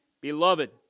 Beloved